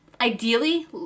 ideally